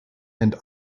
and